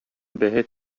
بهت